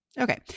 Okay